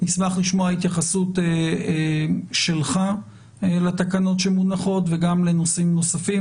נשמח לשמוע התייחסות שלך לתקנות שמונחות וגם נושאים נוספים.